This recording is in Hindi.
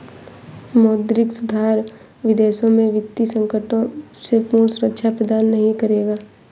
मौद्रिक सुधार विदेशों में वित्तीय संकटों से पूर्ण सुरक्षा प्रदान नहीं करेगा